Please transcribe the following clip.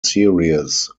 series